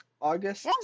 August